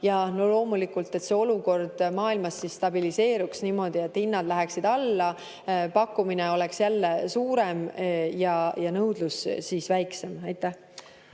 Ja loomulikult, et see olukord maailmas stabiliseeruks niimoodi, et hinnad läheksid alla, pakkumine oleks jälle suurem ja nõudlus väiksem. Ja